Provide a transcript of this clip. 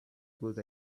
good